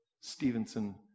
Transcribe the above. Stevenson